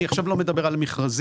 אני עכשיו לא מדבר על מכרזים,